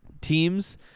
teams